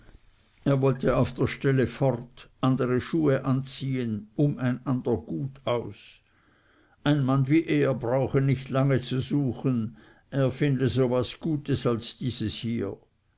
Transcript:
er wollte auf der stelle fort andere schuhe anziehen um ein ander gut aus ein mann wie er brauche nicht lange zu suchen er finde was so gutes als dieses hier